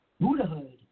Buddhahood